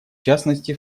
частности